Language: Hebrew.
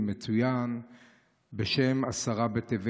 המצוין בשם עשרה בטבת,